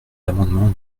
l’amendement